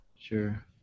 Sure